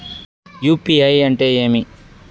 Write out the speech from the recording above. UPI అంటే ఏమి?